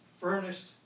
furnished